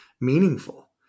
meaningful